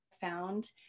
found